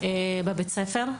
בבית ספר.